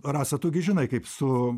rasa tu gi žinai kaip su